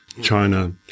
China